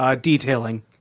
detailing